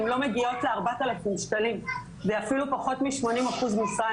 הן לא מגיעות לארבעת אלפים שקלים ואפילו פחות משמונים אחוז משרה,